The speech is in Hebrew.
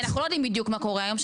אנחנו לא יודעים בדיוק מה קורה היום.